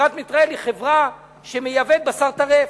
חברת "מיטראל" היא חברה שמייבאת בשר טרף.